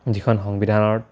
যিখন সংবিধানত